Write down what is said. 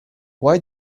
why